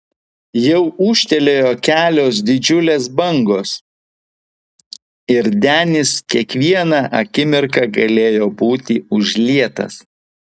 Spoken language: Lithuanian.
jau ūžtelėjo kelios didžiulės bangos ir denis kiekvieną akimirką galėjo būti užlietas